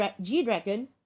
G-Dragon